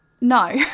No